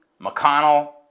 McConnell